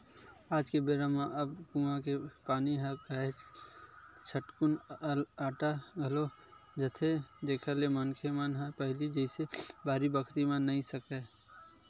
आज के बेरा म अब कुँआ के पानी ह काहेच झटकुन अटा घलोक जाथे जेखर ले मनखे मन ह पहिली जइसे बाड़ी बखरी नइ ले सकय